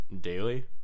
daily